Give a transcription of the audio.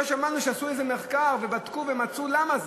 לא שמענו שעשו על זה מחקר ובדקו ומצאו למה זה.